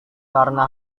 karena